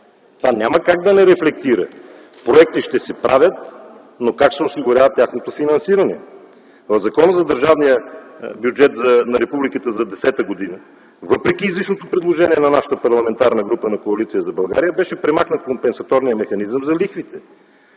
Това няма как да не рефлектира. Проекти ще се правят, но как ще се осигурява тяхното финансиране?! В Закона за държавния бюджет на Република България за 2010 г., въпреки изричното предложение на нашата Парламентарна група на Коалиция за България, беше премахнат компенсаторният механизъм за лихвите.